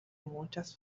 muchas